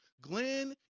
Glenn